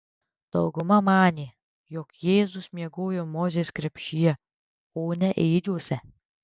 dauguma manė jog jėzus miegojo mozės krepšyje o ne ėdžiose